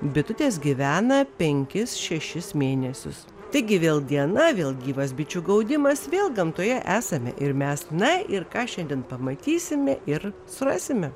bitutės gyvena penkis šešis mėnesius taigi vėl diena vėl gyvas bičių gaudimas vėl gamtoje esame ir mes na ir ką šiandien pamatysime ir surasime